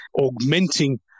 augmenting